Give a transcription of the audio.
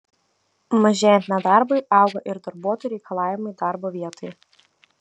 mažėjant nedarbui auga ir darbuotojų reikalavimai darbo vietai